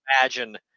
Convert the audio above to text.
imagine